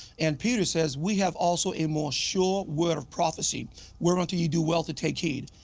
and peter says, we have also a more sure word of prophecy where unto you do well to take heed.